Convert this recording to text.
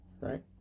right